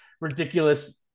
ridiculous